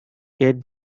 get